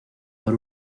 por